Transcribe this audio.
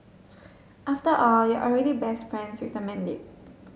after all you're already best friends with the medic